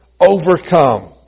overcome